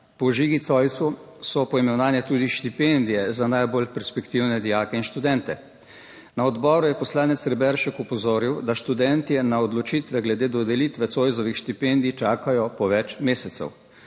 Po Žigi Zoisu so poimenovane tudi štipendije za najbolj perspektivne dijake in študente. Na odboru je poslanec Reberšek opozoril, da študentje na odločitve glede dodelitve Zoisovih štipendij čakajo po več mesecev